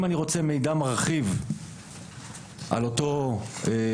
אם אני רוצה מידע מרחיב על אותו מורה,